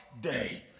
day